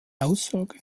aussage